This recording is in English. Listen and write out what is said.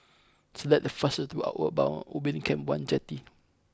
select the fastest way to Outward Bound Ubin Camp one Jetty